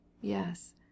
Yes